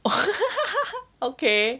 okay